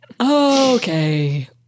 Okay